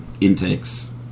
intakes